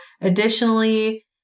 additionally